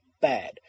bad